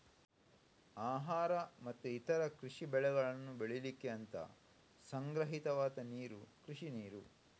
ಆಹಾರ ಮತ್ತೆ ಇತರ ಕೃಷಿ ಬೆಳೆಗಳನ್ನ ಬೆಳೀಲಿಕ್ಕೆ ಅಂತ ಸಂಗ್ರಹಿತವಾದ ನೀರು ಕೃಷಿ ನೀರು